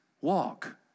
Walk